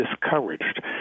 discouraged